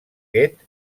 goethe